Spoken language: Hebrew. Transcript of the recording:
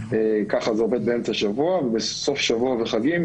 ככה זה עובד באמצע שבוע, ובסוף שבוע וחגים.